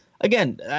again